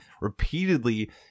repeatedly